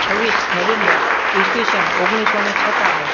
છવ્વીસ નવૅમ્બર ઈસવીસન ઓગણીસ સો અને સત્તાણું